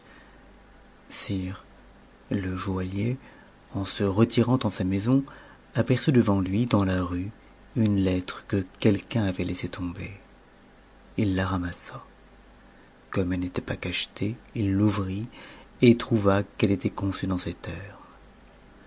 sire le joaillier en se retirant en sa maison aperçut devant lui dans la rue une lettre que quelqu'un avait laissée tomber il la ramassa comme elle n'était pas cachetée il l'ouvrit et trouva qu'elle était conçue dans ces termes